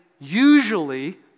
usually